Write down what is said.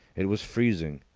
it was freezing.